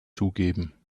zugeben